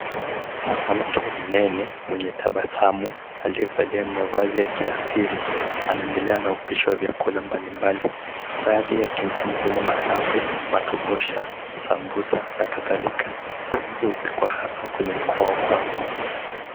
Mwanamke mnene mwenye tabasamu aliyevalia mavazi ya kiasili, anaendelea na upishi ya vyakula mbalimbali baadhi yake ni kama vile mahamri, matobosha, samosa na kadhalika hizo hasa hupikwa kwenye mkahawa wa Pwani.